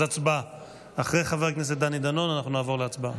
אז אחרי חבר הכנסת דני דנון אנחנו נעבור להצבעה.